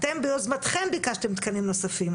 אתם ביוזמתכם ביקשתם תקנים נוספים.